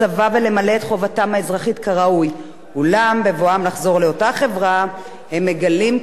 אולם בבואם לחזור לאותה חברה הם מגלים כי עברם רודף אותם לכל מקום,